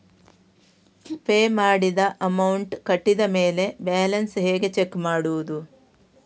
Pay ಮಾಡಿದ amount ಕಟ್ಟಿದ ಮೇಲೆ ಬ್ಯಾಲೆನ್ಸ್ ಹೇಗೆ ಚೆಕ್ ಮಾಡುವುದು?